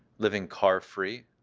living car free,